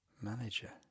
manager